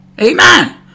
Amen